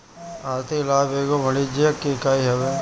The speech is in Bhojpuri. आर्थिक लाभ एगो वाणिज्यिक इकाई हवे